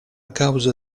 causa